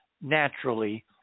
naturally